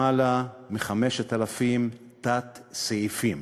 למעלה מ-5,000 תת-סעיפים,